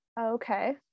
Okay